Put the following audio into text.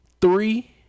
three